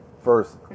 First